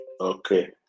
okay